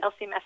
LCMS